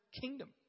kingdom